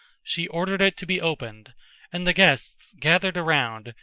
she ordered it to be opened and the guests gathered around,